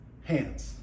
hands